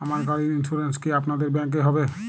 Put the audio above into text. আমার গাড়ির ইন্সুরেন্স কি আপনাদের ব্যাংক এ হবে?